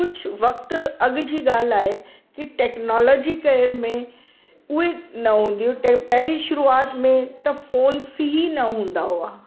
कुझु वक़्तु अॻु जी ॻाल्हि आहे की टैक्नोलॉजी केरु में उहे न हूंदियूं टे पहिरीं शुरुआत में त फ़ोन सी न हूंदा हुआ